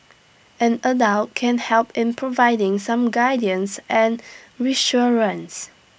an adult can help in providing some guidance and reassurance